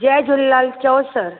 जय झूलेलाल चओ सर